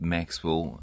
Maxwell